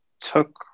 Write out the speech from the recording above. took